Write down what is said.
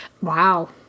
Wow